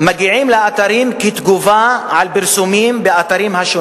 הפתרון הטכני הזה,